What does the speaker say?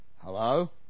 Hello